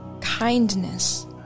kindness